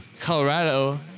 Colorado